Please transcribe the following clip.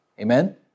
Amen